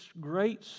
great